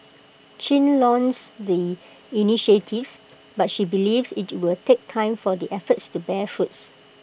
chin lauds the initiatives but she believes IT will take time for the efforts to bear fruits